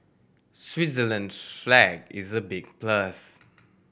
Switzerland's flag is a big plus